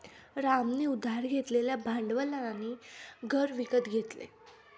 रामने उधार घेतलेल्या भांडवलाने घर विकत घेतले